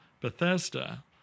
Bethesda